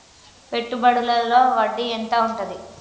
పెట్టుబడుల లో వడ్డీ ఎంత ఉంటది?